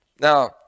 Now